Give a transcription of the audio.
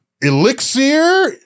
Elixir